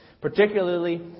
Particularly